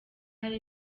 ari